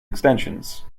extensions